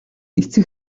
эцэг